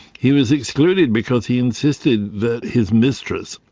he was excluded because he insisted that his mistress,